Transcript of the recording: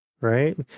Right